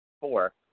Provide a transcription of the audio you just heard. Four